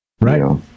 Right